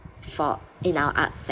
for in our arts